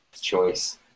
choice